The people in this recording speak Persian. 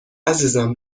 عزیزم